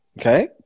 Okay